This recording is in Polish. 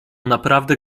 naprawdę